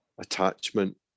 attachment